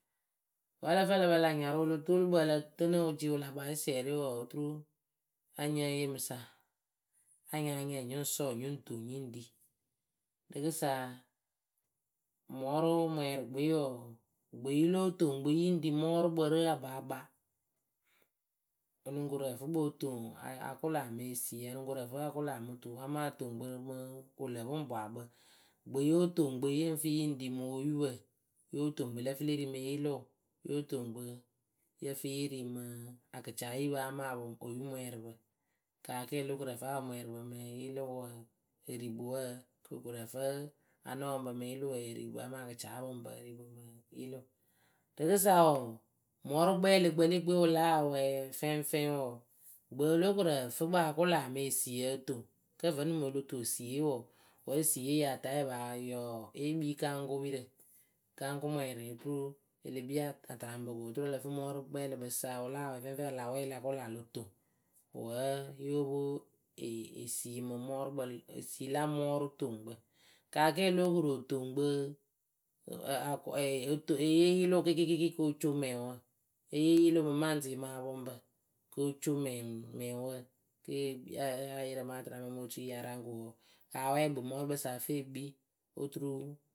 Vǝ́ lǝ fɨ ǝ lǝ pǝ lä nyarʊʊ o lo toolu kpɨ ǝ lǝ tɨnɨ wɨ la kpaa sɨsiɛrɩ wɔɔ oturu, nya nyée yee mɨ sa, nya nyáa nyɛɛ nyɨ ŋ sɔɔ nyɨ ŋ toŋ nyɨ ŋ ɖi. Rɨkɨsaa mɔɔrʊ mwɛɛrɨkpɨwe wɔɔ, ŋkpɨ yɨ lóo toŋ kpɨ yɨ ŋ ɖi mɔɔrʊkpǝ rɨ akpaakpa. O lɨŋ koru ǝ fɨ kpɨ o toŋ a a kʊla me esiyǝ oŋ koru ǝ fɨ a kʊla mɨ tuu amaa o toŋ kpɨ mɨ wɨlǝpʊŋpwakpǝ. Ŋkpɨ yóo toŋ kpɨ yɨ ŋ fɨ yɨ ŋ ɖi mo oyupǝ. Yóo toŋ kpɨ lǝ fɨ le ri mɨ yɩlɩʊ, yóo toŋ kpɨ yǝ fɨ ye ri mɨ akɩcaayupǝ amaa apɔŋ oyumwɛɛrɨpǝ. Kaa ke o lóo koru ǝfɨ apɔŋmwɛɛrɨpǝ mɨ yɩlɩʊ wǝǝ. eri kpɨ wǝǝ ko o koru ǝfɨ anɔpɔŋpǝ mɨ yɩlɩʊ erikpɨ amaa akɩcaapɔŋpǝ eri kpɨ mɨɨ yɩlɩʊ. Rɨkɨsa wɔɔ, mɔɔrʊkpɛɛlɩkpǝ le gbɨwe wɨ láa wɛɛ fɛŋfɛŋ wɔɔ, gbɨ o lóo koru ǝfɨ kpɨ a kʊlaa me esiyǝ o toŋ. Kǝ́ vǝ́nɨŋ mɨŋ o lo toŋ esiye wɔɔ, wǝ́ esiye ya ta yɨ paa yɔɔ wɔɔ, ée kpii gaŋkʊpirǝ. Kaŋkʊmwɛɛrɩɩ oturu e le kpii at atɨraŋpǝ ko oturu ǝ lǝ fɨ mɔɔrʊkpɛɛlɩkpɨsa wɨ láa wɛɛ fɛŋfɛŋ a la wɛɛ la kʊla lo toŋ. Wǝ́ yóo pwo ee esii mɨ mɔɔrʊ esii la mɔɔrʊtoŋkpǝ. Kaa ke o lóo koru otoŋ kpɨɨ, ǝ a kɔ ɛɛ e yee yɩlɩʊ kɩɩkɩ kɩɩkɩ kɩɩkɩ ko co mɛŋwǝ, e yee yɩlɩʊ mɨ maŋtɩɩ mɨ apɔŋpǝ. Ko oco mɛŋ mɛŋwǝ kee kpi ayɩrɩ mɨŋ atɨraŋpǝ mo otuyǝ ya raŋ ko wɔɔ kɨ awɛɛ gbɨ mɔɔrʊkpɨsa ǝ fɨ e kpii oturu